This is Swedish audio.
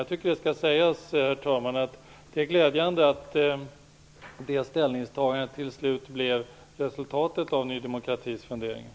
Jag tycker, herr talman, att det är glädjande att detta ställningstagande till slut blev resultatet av Ny demokratis funderingar.